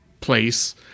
place